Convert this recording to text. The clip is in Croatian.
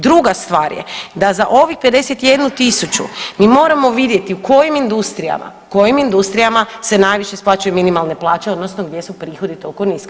Druga stvar je da za ovih 51 tisuću mi moramo vidjeti u kojim industrijama, kojim industrijama se najviše isplaćuju minimalne plaće, odnosno gdje su prihodi toliko niski.